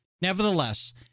Nevertheless